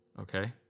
okay